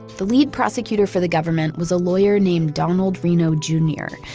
the lead prosecutor for the government was a lawyer named donald reno jr,